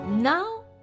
Now